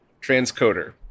transcoder